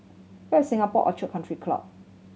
where is Singapore Orchid Country Club